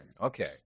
Okay